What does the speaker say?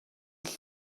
тэр